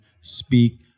speak